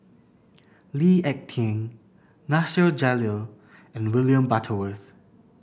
Lee Ek Tieng Nasir Jalil and William Butterworth